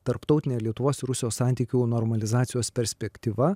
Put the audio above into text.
tarptautinė lietuvos ir rusijos santykių normalizacijos perspektyva